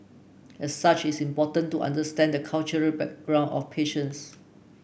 as such it is important to understand the cultural background of patients